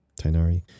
Tainari